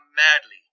madly